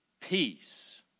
peace